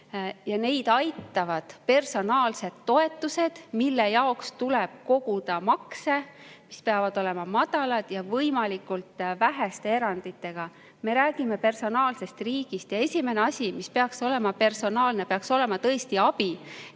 Neid aitavad personaalsed toetused, mille jaoks tuleb koguda makse, mis peavad olema madalad ja võimalikult väheste eranditega. Me räägime personaalsest riigist ja esimene asi, mis peaks olema personaalne, on tõesti abi